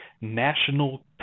national